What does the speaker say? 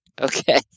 Okay